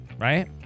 right